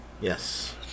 Yes